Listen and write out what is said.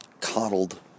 coddled